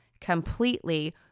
completely